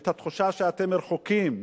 את התחושה שאתם רחוקים,